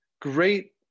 great